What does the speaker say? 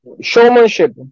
Showmanship